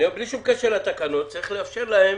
אני אומר שבלי שום קשר לתקנות צריך לאפשר להם